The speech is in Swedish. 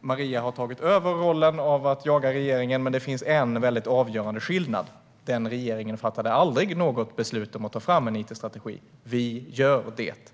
Maria har nu tagit över rollen att jaga regeringen, men det finns en väldigt avgörande skillnad: Den dåvarande regeringen fattade aldrig något beslut om att ta fram en it-strategi, men vi gör det.